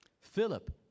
Philip